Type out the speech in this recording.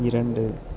இரண்டு